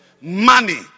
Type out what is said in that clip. money